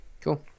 Cool